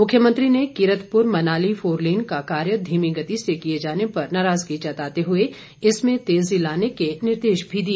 मुख्यमंत्री ने कीरतपुर मनाली फोरलेन का कार्य धीमी गति से किए जाने पर नाराजगी जताते हुए इसमें तेज़ी लाने के निर्देश भी दिए